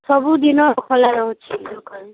ସବୁଦିନ ଖୋଲା ରହୁଛି ଦୋକାନ